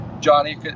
Johnny